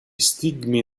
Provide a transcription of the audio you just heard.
stigmi